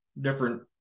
different